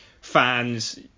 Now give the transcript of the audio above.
Fans